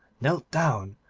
knelt down,